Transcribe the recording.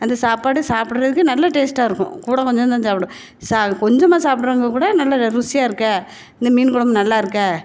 அந்த சாப்பாடு சாப்புடுறதுக்கு நல்ல டேஸ்ட்டாக இருக்கும் கூட கொஞ்சம் தான் சாப்புடுவோம் சா கொஞ்சமா சாப்புடுறங்க கூட நல்ல ருசியாக இருக்கே இந்த மீன் கொழம்பு நல்லா இருக்கே